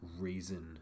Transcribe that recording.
reason